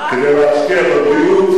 כדי להשקיע בבריאות,